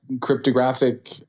cryptographic